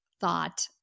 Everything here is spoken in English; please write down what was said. thought